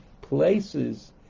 places